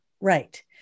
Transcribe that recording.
right